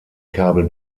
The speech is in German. kabel